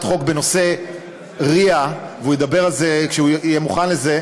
חוק בנושא RIA והוא ידבר על זה כשהוא יהיה מוכן לזה,